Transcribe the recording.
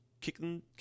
kicking